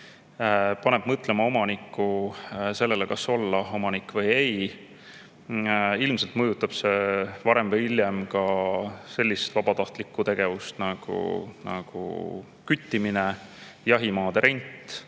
paneb mõtlema omanikku sellele, kas olla omanik või ei. Ilmselt mõjutab see varem või hiljem ka sellist vabatahtlikku tegevust nagu küttimine, jahimaade rent,